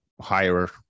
higher